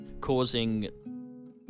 causing